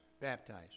baptized